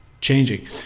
changing